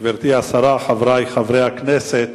גברתי השרה, חברי חברי הכנסת,